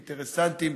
אינטרסנטיים,